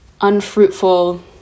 unfruitful